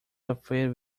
afraid